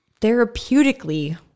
therapeutically